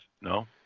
no